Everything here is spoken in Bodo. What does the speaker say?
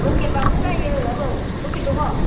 लकेलब्लाबो जायो आबौ लकेल दङ